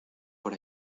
por